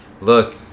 look